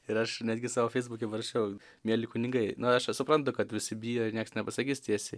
ir aš netgi savo feisbuke parašiau mieli kunigai na aš čia suprantu kad visi bijo ir nieks nepasakys tiesiai